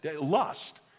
lust